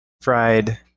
fried